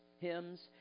hymns